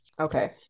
okay